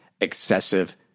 excessive